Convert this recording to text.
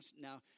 now